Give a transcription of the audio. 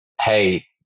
Hey